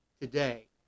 today